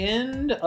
end